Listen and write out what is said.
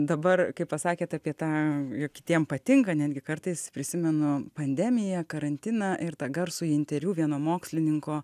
dabar kai pasakėt apie tą jog kitiem patinka netgi kartais prisimenu pandemiją karantiną ir tą garsųjį interviu vieno mokslininko